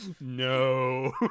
No